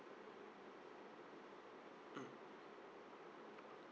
mm